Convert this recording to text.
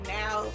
now